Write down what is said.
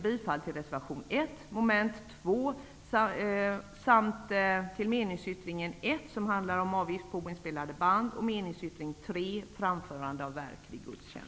Jag yrkar bifall till reservation